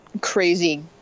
crazy